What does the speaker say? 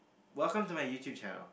welcome to my YouTube channel